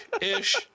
Ish